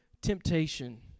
temptation